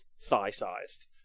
Thigh-sized